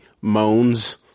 moans